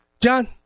John